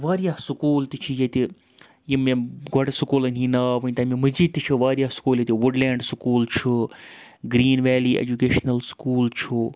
واریاہ سکوٗل تہِ چھِ ییٚتہِ یِم مےٚ گۄڈٕ سکوٗلَن ہِنٛدۍ ناو وٕنۍ تَم مہِ مٔزیٖد تہِ چھِ واریاہ سکوٗل ییٚتہِ وُڈلینٛڈ سکوٗل چھُ گریٖن ویلی ایٚجوُکیشنَل سکوٗل چھُ